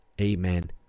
Amen